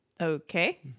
Okay